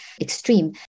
extreme